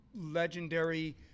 legendary